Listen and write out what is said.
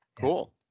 Cool